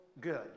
good